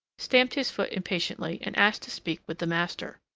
stamped his foot impatiently, and asked to speak with the master.